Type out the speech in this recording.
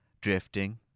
drifting